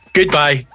Goodbye